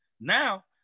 Now